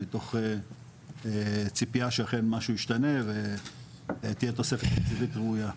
מתוך ציפייה שאכן משהו ישתנה ותהיה תוספת תקציבית ראויה.